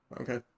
Okay